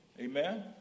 amen